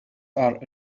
are